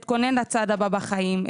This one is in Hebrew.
אתכונן לצעד הבא בחיים,